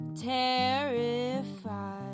terrified